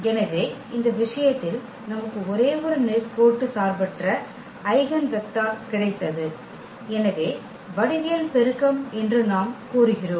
எனவே இந்த விஷயத்தில் நமக்கு ஒரே ஒரு நேர்கோட்டு சார்பற்ற ஐகென் வெக்டர் கிடைத்தது எனவே வடிவியல் பெருக்கம் என்று நாம் கூறுகிறோம்